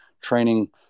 Training